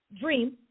dream